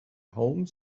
home